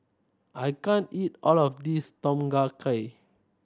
I can't eat all of this Tom Kha Gai